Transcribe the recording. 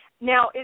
now